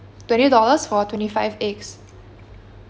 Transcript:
twenty dollars for twenty five eggs